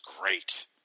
great